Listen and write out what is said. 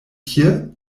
tie